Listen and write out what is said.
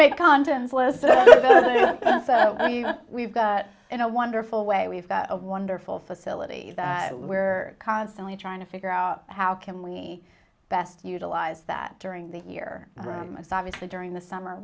condoms we've got in a wonderful way we've got a wonderful facility that we're constantly trying to figure out how can we best utilize that during the year obviously during the summer